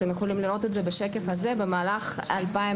אתם יכולים לראות את זה בשקף הזה במהלך 2022,